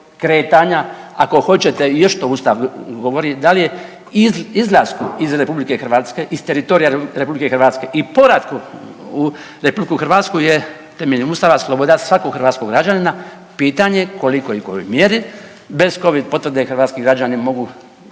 kretanja, ako hoćete i još što Ustav govori da li je izlaskom iz RH iz teritorija RH i povratkom u RH je temeljem Ustava sloboda svakog hrvatskog građanina pitanje koliko i u kojoj mjeri bez covid potvrde hrvatski građani mogu